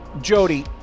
Jody